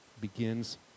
begins